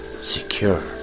secure